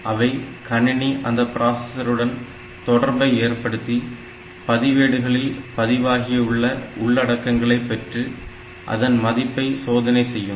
ஆகவே கணினி அந்த பிராசஸருடன் தொடர்பை ஏற்படுத்தி பதிவேடுகளில் பதிவாகியுள்ள உள்ளடக்கங்களை பெற்று அதன் மதிப்பை சோதனை செய்யும்